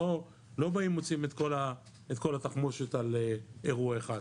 לא באים ומוציאים את כל התחמושת על אירוע אחד.